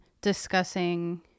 discussing